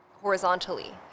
horizontally